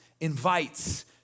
invites